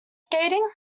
skating